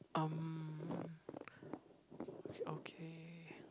um okay